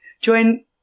Join